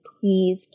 please